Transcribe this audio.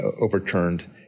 overturned